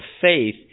faith